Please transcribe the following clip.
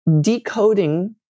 decoding